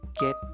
get